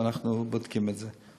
ואנחנו בודקים את זה.